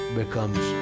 becomes